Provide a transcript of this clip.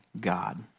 God